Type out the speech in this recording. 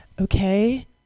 okay